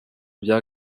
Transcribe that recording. bya